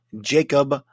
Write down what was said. Jacob